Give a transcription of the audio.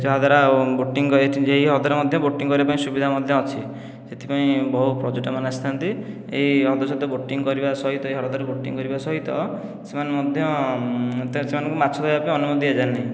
ଯାହାଦ୍ୱାରା ବୋଟିଂ କରି ଏହି ହ୍ରଦରେ ମଧ୍ୟ ବୋଟିଂ କରିବାପାଇଁ ସୁବିଧା ମଧ୍ୟ ଅଛି ସେଥିପାଇଁ ବହୁ ପର୍ଯ୍ୟଟକମାନେ ଆସିଥାନ୍ତି ଏହି ହ୍ରଦ ସହିତ ବୋଟିଂ କରିବା ସହିତ ଏହି ହ୍ରଦରେ ବୋଟିଂ କରିବା ସହିତ ସେମାନଙ୍କୁ ମଧ୍ୟ ସେମାନଙ୍କୁ ମାଛ ଧରିବାକୁ ଅନୁମତି ଦିଆଯାଏ ନାହିଁ